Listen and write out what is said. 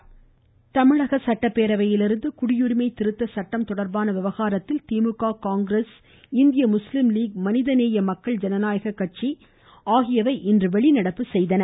வெளிநடப்பு தமிழக சட்டப்பேரவையிலிருந்து குடியுரிமை திருத்த சட்டம் தொடா்பான விவகாரத்தில் திமுக காங்கிரஸ் இந்திய முஸ்லீம் லீக் மனித நேய மக்கள் ஜனநாயக கட்சி ஆகியவை இன்று வெளிநடப்பு செய்தன